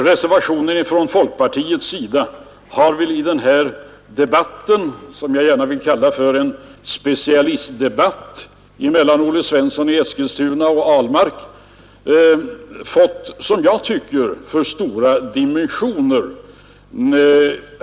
Reservationen från folkpartiet har i den här debatten, som jag gärna vill kalla en specialistdebatt mellan herr Olle Svensson i Eskilstuna och herr Ahlmark, fått för stora dimensioner, enligt min uppfattning.